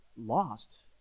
lost